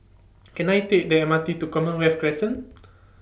Can I Take The M R T to Commonwealth Crescent